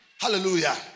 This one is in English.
Hallelujah